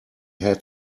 had